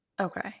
Okay